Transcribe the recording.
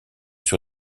sur